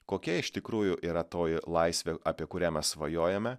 kokia iš tikrųjų yra toji laisvė apie kurią mes svajojame